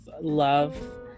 love